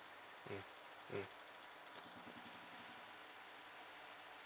mm mm